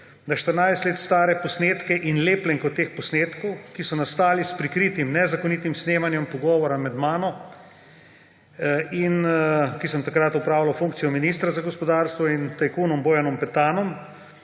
na 14 let stare posnetke in lepljenko teh posnetkov, ki so nastali s prikritim, nezakonitim snemanjem pogovora med mano, ki sem takrat opravljal funkcijo ministra za gospodarstvo, in tajkunom Bojanom Petanom,